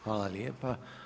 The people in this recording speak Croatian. Hvala lijepa.